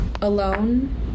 alone